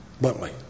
bluntly